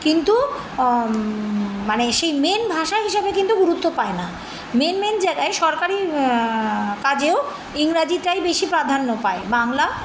কিন্তু মানে সেই মেন ভাষা হিসাবে কিন্তু গুরুত্ব পায় না মেন মেন জায়গায় সরকারি কাজেও ইংরাজিটাই বেশি প্রাধান্য পায় বাংলা